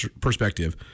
perspective